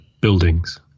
buildings